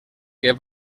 que